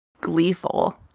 gleeful